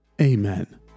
Amen